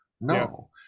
no